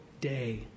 day